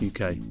UK